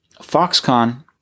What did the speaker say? Foxconn